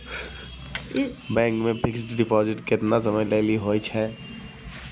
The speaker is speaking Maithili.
बैंक मे फिक्स्ड डिपॉजिट केतना समय के लेली होय छै?